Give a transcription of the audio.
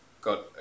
got